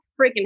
freaking